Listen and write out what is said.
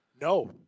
No